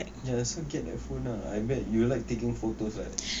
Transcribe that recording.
ya so get that phone ah I bet you like taking photos right